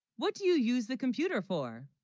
what do you use the computer for